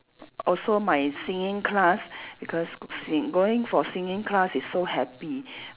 also my singing class because si~ going for singing class is so happy